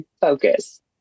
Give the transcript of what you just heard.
focus